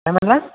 काय म्हणाला